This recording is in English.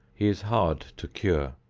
he is hard to cure.